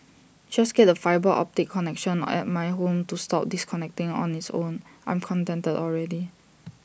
just get the fibre optic connection at my home to stop disconnecting on its own I'm contented already